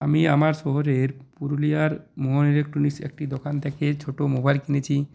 আমি আমার শহরের পুরুলিয়ার ইলেক্ট্রনিক্স একটি দোকান থেকে ছোট মোবাইল কিনেছি